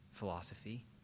philosophy